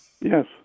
Yes